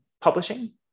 publishing